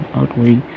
ugly